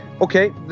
Okay